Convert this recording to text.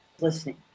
listening